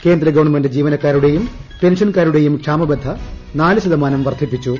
കേന്ദ്ര ഗവൺമെന്റ് ജീവനക്കാരുടെയും ന് പെൻഷൻകാരുടെയും ക്ഷാമബത്ത നാല് ശതമാനം വർദ്ധിപ്പിച്ചു